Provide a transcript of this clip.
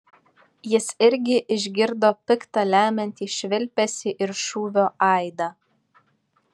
jis irgi išgirdo pikta lemiantį švilpesį ir šūvio aidą